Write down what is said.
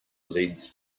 leads